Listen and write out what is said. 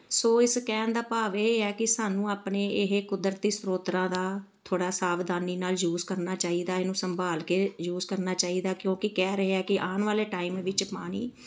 ਸੋ ਇਸ ਕਹਿਣ ਦਾ ਭਾਵ ਇਹ ਹੈ ਕਿ ਸਾਨੂੰ ਆਪਣੇ ਇਹ ਕੁਦਰਤੀ ਸਰੋਤਰਾਂ ਦਾ ਥੋੜ੍ਹਾ ਸਾਵਧਾਨੀ ਨਾਲ ਯੂਜ ਕਰਨਾ ਚਾਹੀਦਾ ਇਹਨੂੰ ਸੰਭਾਲ ਕੇ ਯੂਜ ਕਰਨਾ ਚਾਹੀਦਾ ਕਿਉਂਕਿ ਕਹਿ ਰਹੇ ਆ ਕਿ ਆਉਣ ਵਾਲੇ ਟਾਈਮ ਵਿੱਚ ਪਾਣੀ